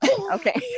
Okay